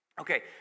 Okay